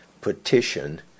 petition